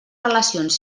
relacions